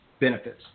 benefits